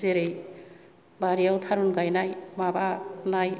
जेरै बारियाव थारुन गायनाय माबानाय